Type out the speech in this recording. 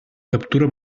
captura